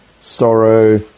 sorrow